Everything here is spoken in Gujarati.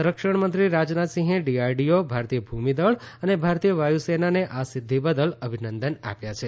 સંરક્ષણમંત્રી રાજનાથસિંહે ડીઆરડીઓ ભારતીય ભૂમિદળ અને ભારતીય વાયુસેનાને આ સિધ્ધિ બદલ અભિનંદન આપ્યા છે